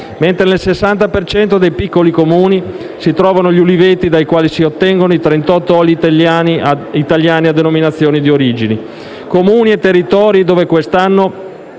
mentre nel 60 per cento dei piccoli Comuni si trovano gli uliveti dai quali si ottengono i 38 oli italiani a denominazione di origine. Comuni e territori dove quest'anno